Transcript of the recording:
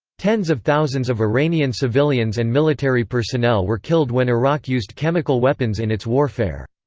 tens of thousands of iranian civilians and military personnel were killed when iraq used chemical weapons in its warfare.